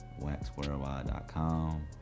waxworldwide.com